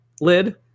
lid